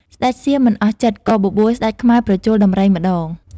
ស្ដេចសៀមមិនអស់ចិត្ត ក៏បបួលស្ដេចខ្មែរប្រជល់ដំរីម្ដង។